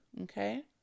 Okay